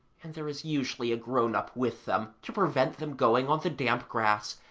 and there is usually a grown-up with them to prevent them going on the damp grass,